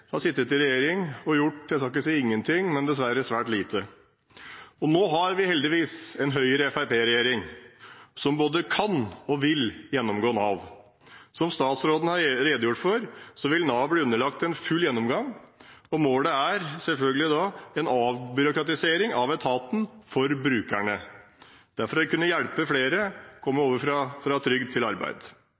har sittet i regjering og gjort, jeg skal ikke si ingenting, men dessverre svært lite. Nå har vi heldigvis en Høyre–Fremskrittsparti-regjering som både kan og vil gjennomgå Nav. Som statsråden har redegjort for, vil Nav bli underlagt en full gjennomgang, og målet er selvfølgelig en avbyråkratisering av etaten for brukerne. Det er for å kunne hjelpe flere til å komme over fra trygd til arbeid.